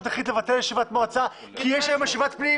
החליט לבטל ישיבת מועצה כי יש היום ישיבת ועדת הפנים